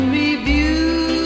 review